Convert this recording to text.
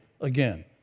again